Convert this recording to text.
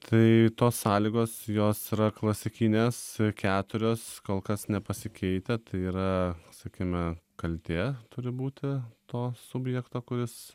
tai tos sąlygos jos yra klasikinės keturios kol kas nepasikeitę tai yra sakykime kaltė turi būti to subjekto kuris